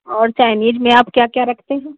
और चाइनीज़ में आप क्या क्या रखते हैं